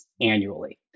annually